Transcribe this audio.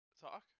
Talk